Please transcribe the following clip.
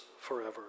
forever